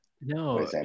No